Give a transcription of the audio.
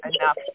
enough